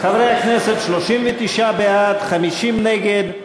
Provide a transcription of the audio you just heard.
חברי הכנסת, 39 בעד, 50 נגד,